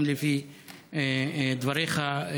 גם לפי דבריך,